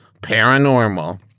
paranormal